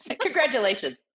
Congratulations